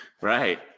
Right